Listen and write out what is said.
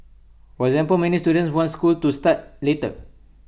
for example many student want school to start later